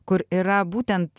kur yra būtent